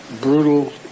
brutal